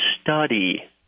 study